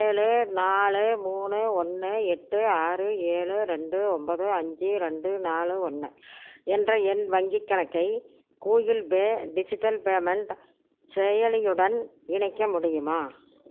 ஏழு நாலு மூணு ஒன்று எட்டு ஆறு ஏழு ரெண்டு ஒம்பது அஞ்சு ரெண்டு நாலு ஒன்று என்ற என் வங்கிக் கணக்கை கூகிள் பே டிஜிட்டல் பேமெண்ட் செயலியுடன் இணைக்க முடியுமா